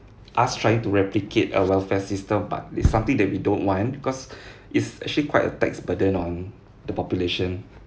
us trying to replicate a welfare system but it's something that we don't want because it's actually quite a tax burden on the population